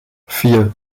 vier